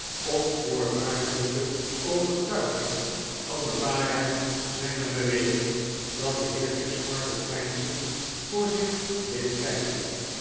onvoorwaardelijke overtuiging van de waarheid zyner bewering dat de heer crisparkle peinzend voor zich bleef kjjken